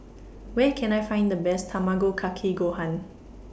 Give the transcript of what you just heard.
Where Can I Find The Best Tamago Kake Gohan